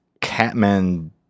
Catman